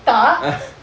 tak